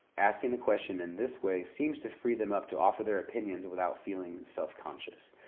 asking the question in this way seems to free them up to offer their opinions without feeling self-conscious.